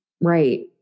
Right